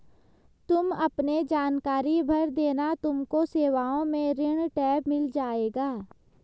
तुम अपने जानकारी भर देना तुमको सेवाओं में ऋण टैब मिल जाएगा